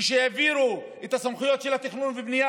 כשהעבירו את סמכויות התכנון והבנייה